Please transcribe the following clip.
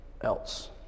else